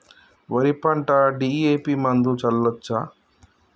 వరి పంట డి.ఎ.పి మందును చల్లచ్చా?